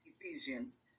Ephesians